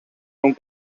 mewn